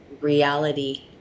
reality